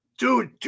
Dude